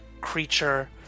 creature